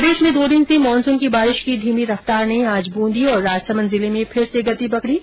प्रदेश में दो दिन से मानसून की बारिश की धीमी रफ्तार ने आज बूंदी और राजसमंद जिले में फिर से गति पकडी है